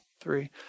three